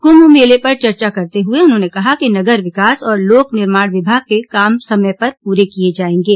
कुम्म मेले पर चर्चा करते हुए उन्होंने कहा कि नगर विकास और लोक निर्माण विभाग के काम समय पर पूरे किये जायेंगे